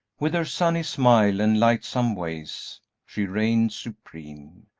with her sunny smile and lightsome ways she reigned supreme,